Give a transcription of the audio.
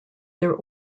their